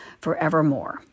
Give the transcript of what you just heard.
forevermore